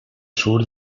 sur